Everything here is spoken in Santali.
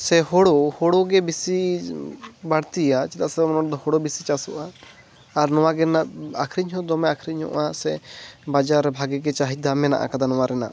ᱥᱮ ᱦᱳᱲᱳ ᱦᱳᱲᱳ ᱜᱮ ᱵᱤᱥᱤ ᱵᱟᱹᱲᱛᱤᱭᱟ ᱪᱮᱫᱟᱜ ᱥᱮ ᱚᱱᱟᱫᱚ ᱦᱳᱲᱳ ᱵᱮᱥᱤ ᱪᱟᱥᱚᱜᱼᱟ ᱟᱨ ᱱᱚᱣᱟᱜᱮ ᱱᱟᱜ ᱟᱹᱠᱷᱟᱨᱤᱧ ᱦᱚᱸ ᱫᱚᱢᱮ ᱟᱹᱠᱷᱟᱨᱤᱧ ᱧᱚᱜᱼᱟ ᱥᱮ ᱵᱟᱡᱟᱨ ᱨᱮ ᱵᱷᱟᱜᱮ ᱜᱮ ᱪᱟᱦᱤᱫᱟ ᱢᱮᱱᱟᱜ ᱟᱠᱟᱫᱟ ᱱᱚᱣᱟ ᱨᱮᱱᱟᱜ